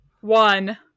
one